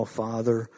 father